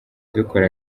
dukora